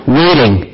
waiting